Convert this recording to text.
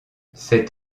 cet